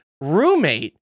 roommate